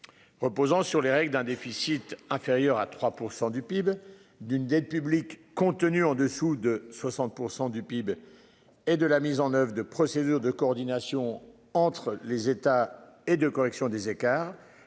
Reposant sur les règles d'un déficit inférieur à 3% du PIB d'une dette publique compte tenu en dessous de 60% du PIB. Et de la mise en oeuvre de procédures de coordination entre les États et de correction des écarts